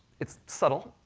it's subtle,